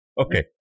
Okay